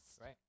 Right